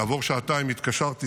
כעבור שעתיים התקשרתי